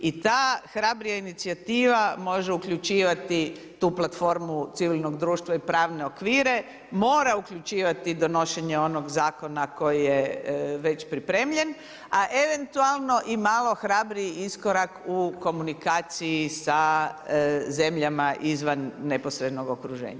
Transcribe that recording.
I ta hrabrija inicijativa može uključivati tu platformu civilnog društva i pravne okvire, mora uključivati donošenje onog zakona koji je već pripremljen a eventualno i malo hrabriji iskorak u komunikaciji sa zemljama izvan neposrednog okruženja.